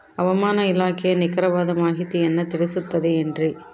ಹವಮಾನ ಇಲಾಖೆಯ ನಿಖರವಾದ ಮಾಹಿತಿಯನ್ನ ತಿಳಿಸುತ್ತದೆ ಎನ್ರಿ?